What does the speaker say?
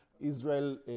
Israel